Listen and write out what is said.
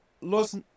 Los